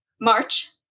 march